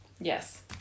yes